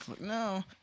No